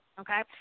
okay